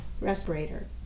respirator